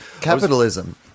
Capitalism